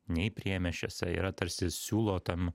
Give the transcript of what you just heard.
nei priemiesčiuose yra tarsi siūlo tam